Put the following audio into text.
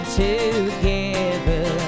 together